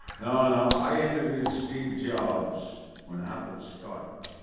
no. no. i interviewed steve jobs when apple started.